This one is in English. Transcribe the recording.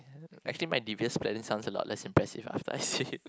actually my devious plans sounds a lot less impress after I say it